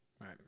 Right